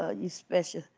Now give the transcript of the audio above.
ah you special.